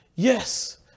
Yes